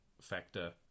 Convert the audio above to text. factor